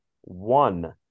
one